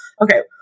okay